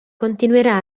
continuerà